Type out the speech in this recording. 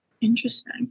Interesting